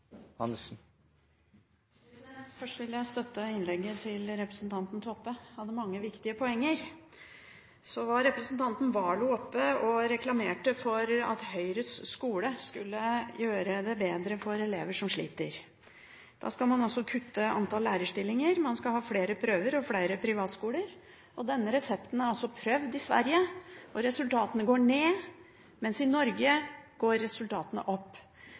fleste. Først vil jeg støtte innlegget til representanten Toppe, hun hadde mange viktige poenger. Så var representanten Warloe oppe og reklamerte for at Høyres skole skulle gjøre det bedre for elever som sliter. Da skal man kutte antall lærerstillinger, man skal ha flere prøver og flere privatskoler. Denne resepten er altså prøvd i Sverige, og resultatene går ned, mens i Norge går resultatene opp.